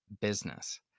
business